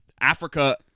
africa